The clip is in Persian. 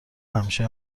همیشه